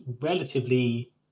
relatively